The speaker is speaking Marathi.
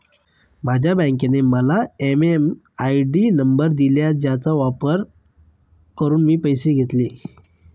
माझ्या बँकेने मला एम.एम.आय.डी नंबर दिला ज्याचा वापर करून मी पैसे घेतले